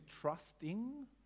trusting